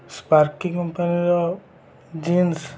Sparky କମ୍ପାନୀର jeans